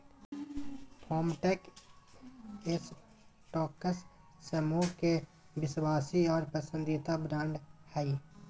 Farmtrac Escorts समूह के विश्वासी और पसंदीदा ब्रांड हइ